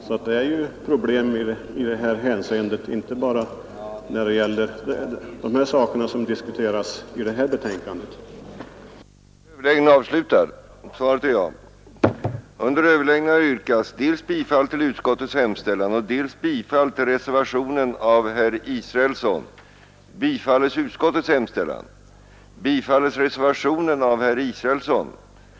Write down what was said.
Det finns alltså problem på bostadsområdet inte bara när det gäller de ting som diskuteras i det föreliggande betänkandet.